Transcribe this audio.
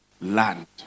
land